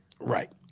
Right